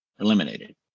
eliminated